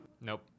Nope